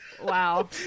Wow